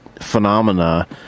phenomena